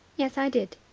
yes, i did.